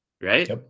right